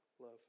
love